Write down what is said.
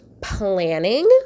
planning